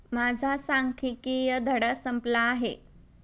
माझा सांख्यिकीय धडा संपला आहे